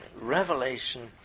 Revelation